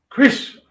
Chris